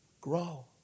grow